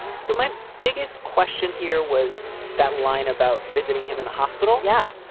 so my biggest question here was that line about visiting him in the hospital. yeah.